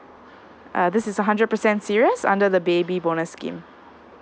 uh this is a hundred percent serious under the baby bonus scheme